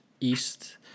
east